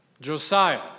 Josiah